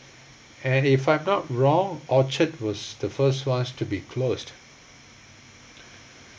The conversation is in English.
and if I'm not wrong orchard was the first one to be closed